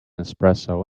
espresso